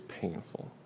painful